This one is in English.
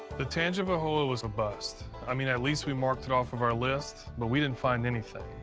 the tangipahoa was a bust. i mean, at least we marked it off of our list, but we didn't find anything.